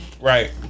Right